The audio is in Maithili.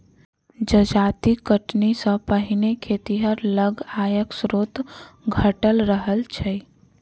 जजाति कटनी सॅ पहिने खेतिहर लग आयक स्रोत घटल रहल छै